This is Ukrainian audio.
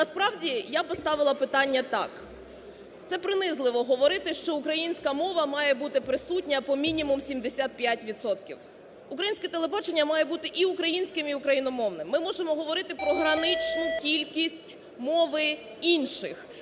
Насправді я поставила питання так. Це принизливо говорити, що українська мова має бути присутня по мінімум 75 відсотків. Українське телебачення має бути і українським, і україномовним. Ми можемо говорити про граничну кількість мови інших